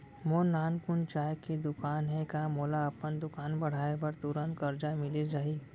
मोर नानकुन चाय के दुकान हे का मोला अपन दुकान बढ़ाये बर तुरंत करजा मिलिस जाही?